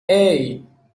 hey